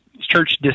church